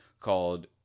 called